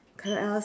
correct ah